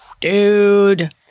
Dude